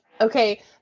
Okay